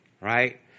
right